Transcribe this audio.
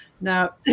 Now